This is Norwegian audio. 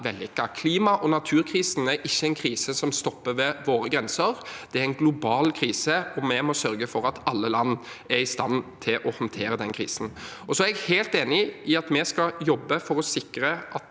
Klima- og naturkrisen er ikke en krise som stopper ved våre grenser. Det er en global krise, og vi må sørge for at alle land er i stand til å håndtere den krisen. Så er jeg helt enig i at vi skal jobbe for å sikre at